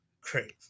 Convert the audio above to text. Great